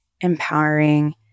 empowering